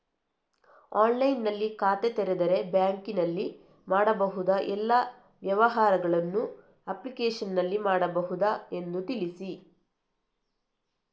ಆನ್ಲೈನ್ನಲ್ಲಿ ಖಾತೆ ತೆರೆದರೆ ಬ್ಯಾಂಕಿನಲ್ಲಿ ಮಾಡಬಹುದಾ ಎಲ್ಲ ವ್ಯವಹಾರಗಳನ್ನು ಅಪ್ಲಿಕೇಶನ್ನಲ್ಲಿ ಮಾಡಬಹುದಾ ಎಂದು ತಿಳಿಸಿ?